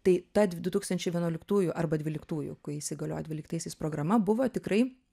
tai ta du tūkstančiai vienuoliktųjų arba dvyliktųjų įsigaliojo dvyliktaisiais programa buvo tikrai